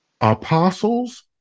apostles